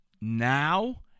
now